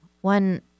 One